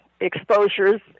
exposures